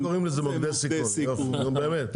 בסדר, אתם קוראים לזה מוקדי סיכון, נו באמת.